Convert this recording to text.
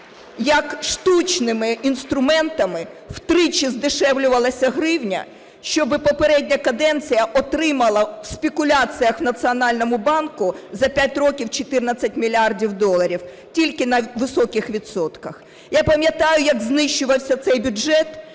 як штучними інструментами втричі здешевлювалася гривня, щоб попередня каденція отримала в спекуляціях в Національному банку за 5 років 14 мільярдів доларів тільки на високих відсотках. Я пам'ятаю, як знищувався цей бюджет.